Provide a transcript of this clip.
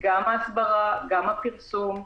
ההסברה, הפרסום,